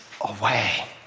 away